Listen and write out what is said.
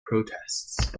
protests